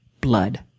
blood